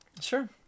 Sure